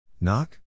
Knock